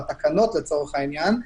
בתקנות לצורך העניין,